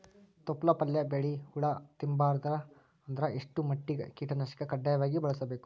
ತೊಪ್ಲ ಪಲ್ಯ ಬೆಳಿ ಹುಳ ತಿಂಬಾರದ ಅಂದ್ರ ಎಷ್ಟ ಮಟ್ಟಿಗ ಕೀಟನಾಶಕ ಕಡ್ಡಾಯವಾಗಿ ಬಳಸಬೇಕು?